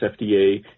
FDA